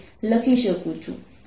તેથી પ્રવાહ ઘનતા જે jrσ vr છે